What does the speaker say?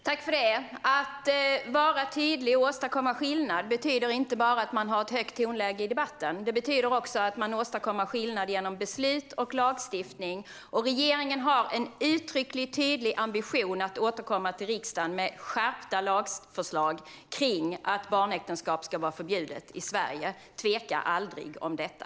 Fru talman! Att vara tydlig och åstadkomma skillnad betyder inte bara att man har ett högt tonläge i debatten. Det betyder också att man åstadkommer skillnad genom beslut och lagstiftning. Regeringen har en uttrycklig och tydlig ambition att återkomma till riksdagen med skärpta lagförslag om att det ska vara förbjudet med barnäktenskap i Sverige. Tvivla aldrig på detta.